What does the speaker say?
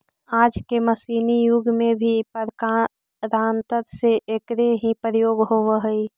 आज के मशीनी युग में भी प्रकारान्तर से एकरे ही प्रयोग होवऽ हई